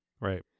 right